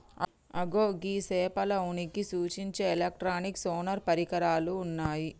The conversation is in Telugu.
అగో గీ సేపల ఉనికిని సూచించే ఎలక్ట్రానిక్ సోనార్ పరికరాలు ఉన్నయ్యి